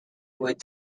would